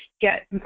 get